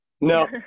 No